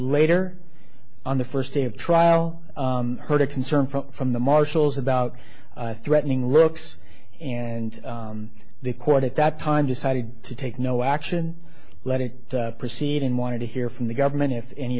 later on the first day of trial heard a concern from from the marshals about threatening works and the court at that time decided to take no action let it proceed and wanted to hear from the government if any